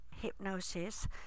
hypnosis